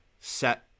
set